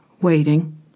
waiting